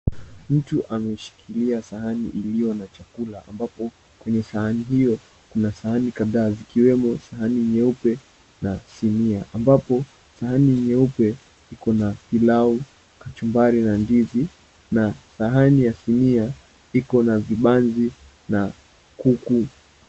Mtu ameshikilia sahani iliyo na chakula ambapo kwenye sahani hiyo kuna sahani kadhaa zikiwemo sahani nyeupe na sinia ambapo sahani nyeupe ikona pilau, kachumbari na ndizi na sahani ya sinia ikona vibanzi na kuku.